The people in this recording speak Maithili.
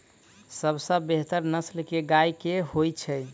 सबसँ बेहतर नस्ल केँ गाय केँ होइ छै?